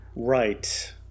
Right